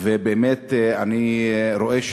באמת אני רואה,